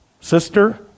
sister